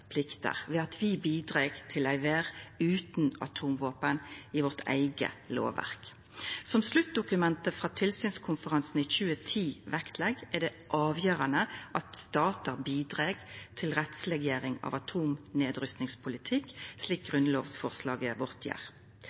plikter ved at vi bidreg til ei verd utan atomvåpen i vårt eige lovverk. Som sluttdokumentet frå tilsynskonferansen i 2010 legg vekt på, er det avgjerande at statar bidreg til rettsleggjering av atomnedrustingspolitikk, slik grunnlovsforslaget vårt gjer.